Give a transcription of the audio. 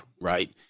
right